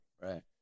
Right